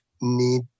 need